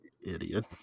Idiot